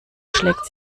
schlägt